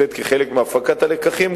כחלק מהפקת הלקחים,